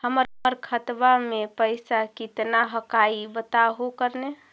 हमर खतवा में पैसा कितना हकाई बताहो करने?